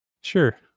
Sure